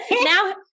now-